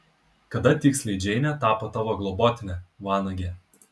kada tiksliai džeinė tapo tavo globotine vanage